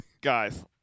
guys